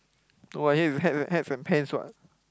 no what here is hats hats and pants [what]